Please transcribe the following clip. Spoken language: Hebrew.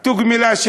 היא תוגמלה,